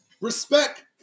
Respect